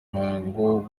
umuhango